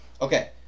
Okay